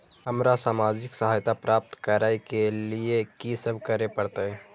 हमरा सामाजिक सहायता प्राप्त करय के लिए की सब करे परतै?